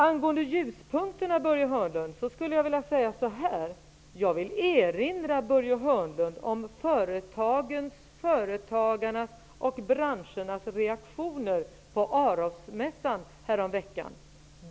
Angående ljuspunkterna skulle jag vilja erinra Börje Hörnlund om företagarnas och branschernas reaktioner på Arosmässan häromveckan.